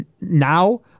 now